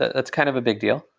that's kind of a big deal.